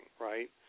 right